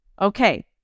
Okay